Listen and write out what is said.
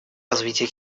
развития